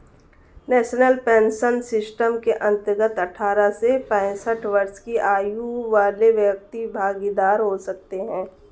national pension system के अंतर्गत अठारह से पैंसठ वर्ष की आयु वाले व्यक्ति भागीदार हो सकते हैं